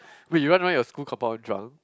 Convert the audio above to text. wait you run around your school compound drunk